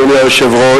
אדוני היושב-ראש,